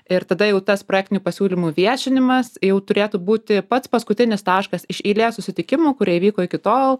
ir tada jau tas projektinių pasiūlymų viešinimas jau turėtų būti pats paskutinis taškas iš eilės susitikimų kurie įvyko iki tol